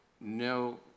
no